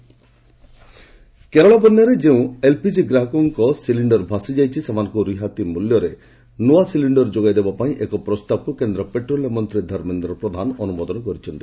cylinder Kerala Kerala ବନ୍ୟାରେ ଯେଉଁ LPG ଗ୍ରାହକମାନଙ୍କର ସିଲିଷ୍ଡର ଭାସିଯାଇଛି ସେମାନଙ୍କୁ ରିହାତି ହାରରେ ନୂଆ ସିଲିଣ୍ଡର ଯୋଗାଇ ଦେବାପାଇଁ ଏକ ପ୍ରସ୍ତାବକୁ କେନ୍ଦ୍ର ପେଟ୍ରୋଲିୟମ୍ ମନ୍ତ୍ରୀ ଧର୍ମେନ୍ଦ୍ର ପ୍ରଧାନ ଅନୁମୋଦନ କରିଛନ୍ତି